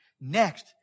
Next